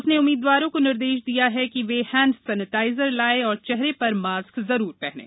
उसने उम्मीदवारों को निर्देश दिया है कि वे हैंड सेनिटाजर लायें और चेहरे पर मास्क पहनें